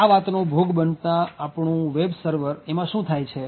આ વાતનો ભોગ બનતા આપણા વેબ સર્વરમાં શું થાય છે